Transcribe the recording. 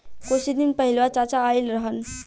कुछ दिन पहिलवा चाचा आइल रहन